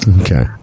Okay